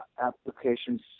Applications